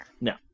No